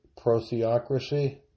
pro-theocracy